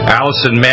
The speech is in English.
Allison